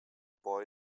boy